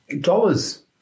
dollars